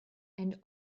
and